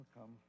come